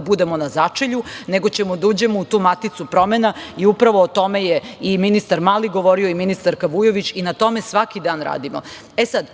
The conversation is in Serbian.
da budemo na začelju, nego ćemo da uđemo u tu maticu promena i upravo o tome je ministar Mali govorio i ministarka Vujović i na tome svaki dan radimo.